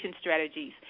Strategies